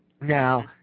Now